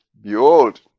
Behold